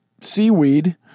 seaweed